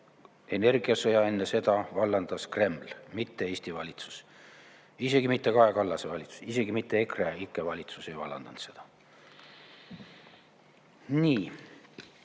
energiasõja enne seda vallandas Kreml, mitte Eesti valitsus. Isegi mitte Kaja Kallase valitsus, isegi mitte EKREIKE valitsus ei vallandanud seda. Nii.